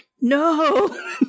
no